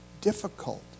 difficult